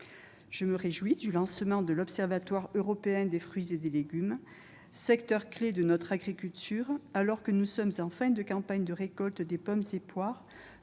Je me réjouis du lancement de l'observatoire européen du marché des fruits et légumes, secteur-clé de notre agriculture, alors que nous sommes en fin de campagne de récolte des pommes et des